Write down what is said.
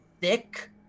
thick